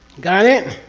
got it?